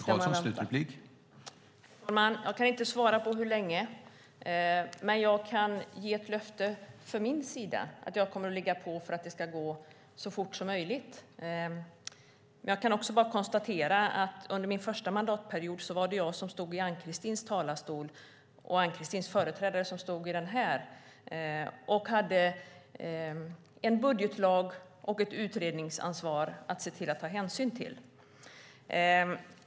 Herr talman! Jag kan inte svara på frågan hur länge man ska vänta, men jag kan från min sida ge löftet att jag kommer att ligga på för att det ska gå så fort som möjligt. Jag kan också bara konstatera att under min första mandatperiod var det jag som stod i Ann-Christins talarstol och hennes företrädare som stod i denna och hade en budgetlag och ett utredningsansvar att ta hänsyn till.